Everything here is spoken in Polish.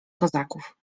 kozaków